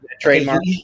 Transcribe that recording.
trademark